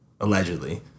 allegedly